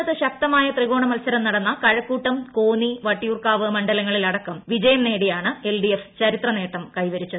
സംസ്ഥാനത്ത് ശക്തമായ ത്രികോണ മത്സരം നടന്ന കഴക്കൂട്ടം കോന്നി വട്ടിയൂർക്കാവ് മണ്ഡലങ്ങളിലടക്കം വിജയം നേടിയാണ് എൽ ഡി എഫ് ചരിത്ര നേട്ടം കൈവരിച്ചത്